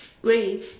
grey